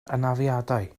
anafiadau